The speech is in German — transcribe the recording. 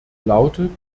lautet